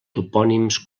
topònims